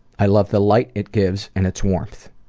i love the light it gives and its warmth.